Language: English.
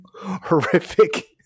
horrific